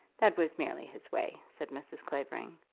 that was merely his way, said mrs. clavering.